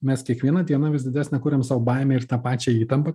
mes kiekvieną dieną vis didesnį kuriam savo baimę ir tą pačią įtampą